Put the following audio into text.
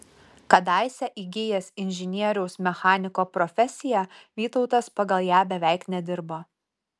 kadaise įgijęs inžinieriaus mechaniko profesiją vytautas pagal ją beveik nedirbo